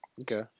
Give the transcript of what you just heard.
Okay